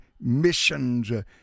missions